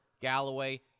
Galloway